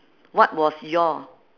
what was your